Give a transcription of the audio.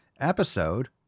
episode